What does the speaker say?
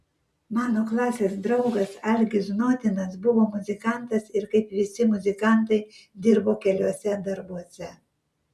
mano klasės draugas algis znotinas buvo muzikantas ir kaip visi muzikantai dirbo keliuose darbuose